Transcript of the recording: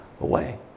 away